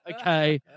okay